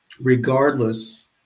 regardless